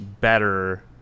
better